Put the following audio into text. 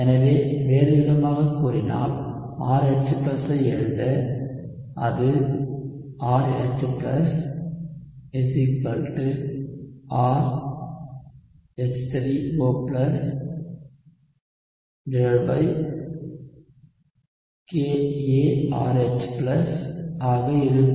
எனவே வேறுவிதமாகக் கூறினால் RH ஐ எழுத அது RH R H3O KaRH ஆக இருக்கும்